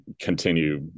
continue